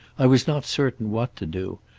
i was not certain what to do.